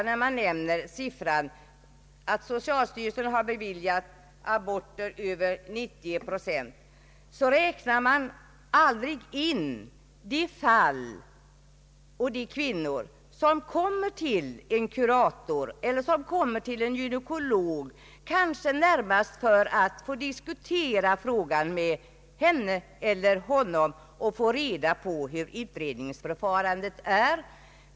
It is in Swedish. När man nämner att socialstyrelsen har beviljat aborter i över 90 procent av ansökningsfallen — alltså en hög siffra — räknar man aldrig med de kvinnor som kommer till en kurator eller gynekolog kanske närmast för att få diskutera frågan med henne eller honom och få reda på hur utredningsförfarandet är.